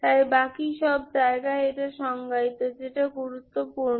তাই বাকি সব জায়গায় এটি সংজ্ঞায়িত যেটা গুরুত্বপূর্ণ